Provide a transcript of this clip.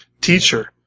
teacher